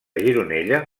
gironella